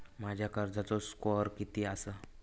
माझ्या कर्जाचो स्कोअर किती आसा?